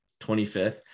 25th